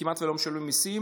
כמעט לא משלמים מיסים,